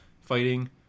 fighting